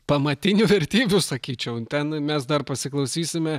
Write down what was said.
pamatinių vertybių sakyčiau ten mes dar pasiklausysime